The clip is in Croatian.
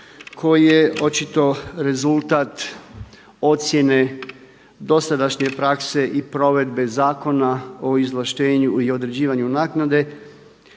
koji je očito rezultat ocjene dosadašnje prakse i provedbe Zakona o izvlaštenju i određivanju naknade,